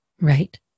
right